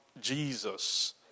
Jesus